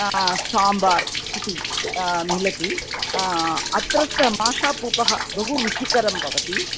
साम्बार् इति मिलति अत्रस्थः माषापूपः बहुरुचिकरः भवति